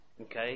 Okay